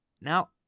Now